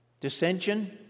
dissension